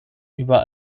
über